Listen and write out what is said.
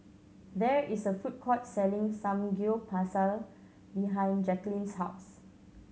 there is a food court selling Samgyeopsal behind Jackeline's house